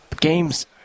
game's